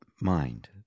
mind